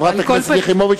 חברת הכנסת יחימוביץ,